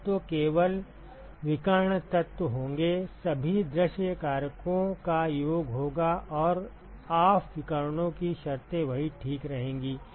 तत्व केवल विकर्ण तत्व होंगे सभी दृश्य कारकों का योग होगा और ऑफ विकर्णों की शर्तें वही ठीक रहेंगी